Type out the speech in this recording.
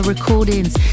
recordings